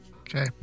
Okay